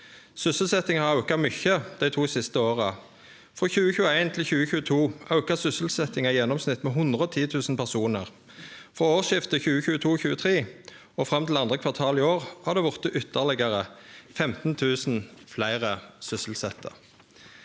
Sysselsetjinga har auka mykje dei to siste åra. Frå 2021 til 2022 auka sysselsetjinga i gjennomsnitt med 110 000 personar. Frå årsskiftet 2022/2023 og fram til 2. kvartal i år har det vorte ytterlegare 15 000 fleire sysselsette.